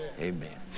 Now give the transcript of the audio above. Amen